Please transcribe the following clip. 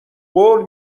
قول